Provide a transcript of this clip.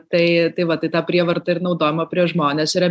tai tai va tai ta prievarta ir naudojama prieš žmonės yra